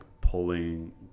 pulling